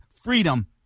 freedom